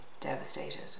devastated